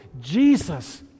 Jesus